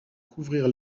couvrir